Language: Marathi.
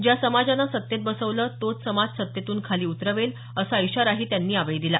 ज्या समाजानं सत्तेत बसवलं तोच समाज सत्तेतून खाली उतरवेल असा इशाराही त्यांनी यावेळी दिला